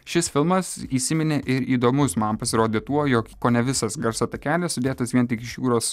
šis filmas įsiminė ir įdomus man pasirodė tuo jog kone visas garso takelis sudėtas vien tik iš jūros